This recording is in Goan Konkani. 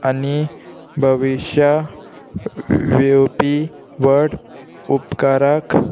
आनी भविश्या येवपी व्हड उपकाराक